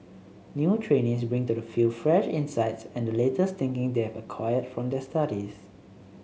new trainees bring to the field fresh insights and the latest thinking they have acquired from their studies